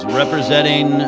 representing